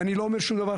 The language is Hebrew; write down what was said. ואני לא אומר שום דבר,